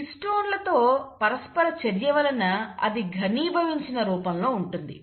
హిస్టోన్లతో పరస్పర చర్య వలన అది ఘనీభవించిన రూపంలో ఉంటుంది